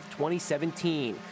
2017